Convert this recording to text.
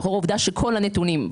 לאור העובדה שכל הנתונים מראים,